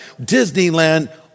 Disneyland